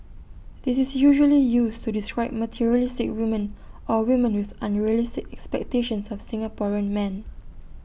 this is usually used to describe materialistic women or women with unrealistic expectations of Singaporean men